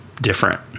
different